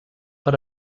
per